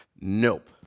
Nope